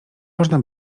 można